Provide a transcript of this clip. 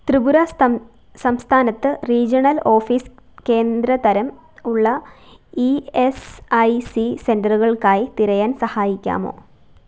ത്രിപുര സംസ്ഥാനത്ത് regional office കേന്ദ്ര തരം ഉള്ള ഇ എസ് ഐ സി സെൻ്ററുകൾക്കായി തിരയാൻ സഹായിക്കാമോ